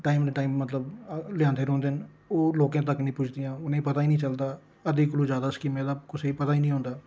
time तू time मतलब लेआंदे रौंह्दे न ओह् लोकें तक नीं पुजदियां उ'नें गी पता नीं चलदा अध्दी कोला जैदा स्कीमें दा लोकें गी पता गै नीं होंदा